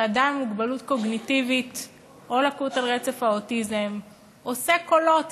כשאדם עם מוגבלות קוגניטיבית או לקות על רצף האוטיזם עושה קולות,